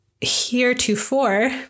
heretofore